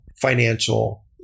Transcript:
financial